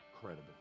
Credible